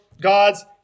God's